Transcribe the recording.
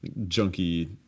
junky